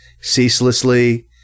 ceaselessly